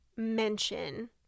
mention